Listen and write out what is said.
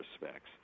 respects